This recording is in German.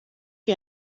wie